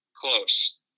Close